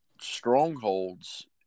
strongholds